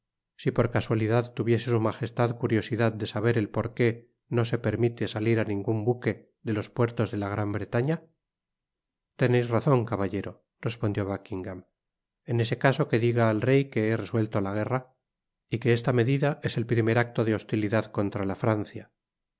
si por casualidad tuviese su majestad curiosidad de saber el porque no se permite salir á ningun buque de los puertos de la granbretaña teneis razon caballero respondió buckingam en ese caso que diga al rey que he resuelto la guerra y que esta medida es el primer acto de hostilidad contra la francia